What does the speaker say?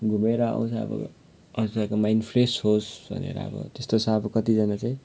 घुमेर आउँछ अब माइन्ड फ्रेस होस् भनेर अब त्यस्तो छ अब कतिजना चाहिँ